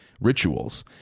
rituals